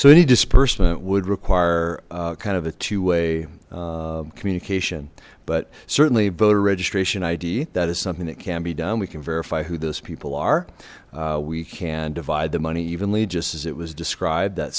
so any disbursement would require kind of a two way communication but certainly a voter registration id that is something that can be done we can verify who those people are we can divide the money evenly just as it was described that